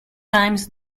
times